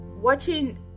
watching